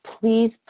please